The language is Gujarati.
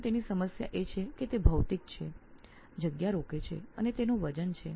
નોંધોની સમસ્યા એ છે કે તે ભૌતિક છે જગ્યા રોકે છે અને તેનું વજન છે